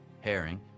herring